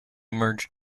merged